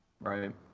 Right